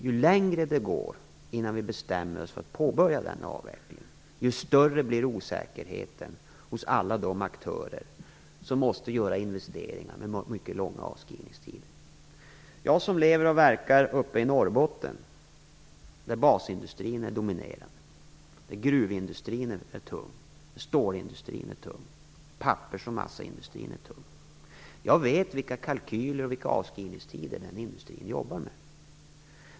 Ju längre tiden går innan vi bestämmer oss för att påbörja denna avveckling, desto större blir osäkerheten hos alla de aktörer som måste göra investeringar med mycket långa avskrivningstider. Jag som lever och verkar uppe i Norrbotten, där basindustrierna dominerar och där gruvindustrin, stålindustrin och pappers och massaindustrin är tunga, vet vilka kalkyler och avskrivningstider som dessa industrier har att jobba med.